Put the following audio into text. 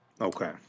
Okay